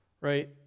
Right